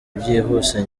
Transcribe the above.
byihuse